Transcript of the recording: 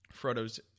Frodo's